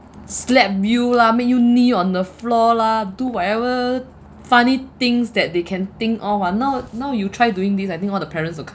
slap you lah make you knee on the floor lah do whatever funny things that they can think of ah now now you try doing this I think all the parents will